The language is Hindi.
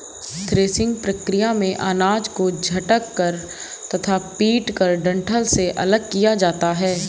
थ्रेसिंग प्रक्रिया में अनाज को झटक कर तथा पीटकर डंठल से अलग किया जाता है